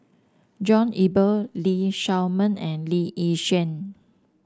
John Eber Lee Shao Meng and Lee Yi Shyan